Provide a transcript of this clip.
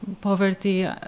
poverty